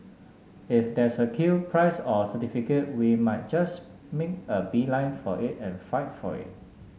if there's a queue prize or certificate we might just mean a beeline for it and fight for it